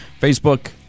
Facebook